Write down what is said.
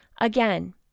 Again